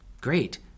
Great